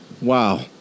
Wow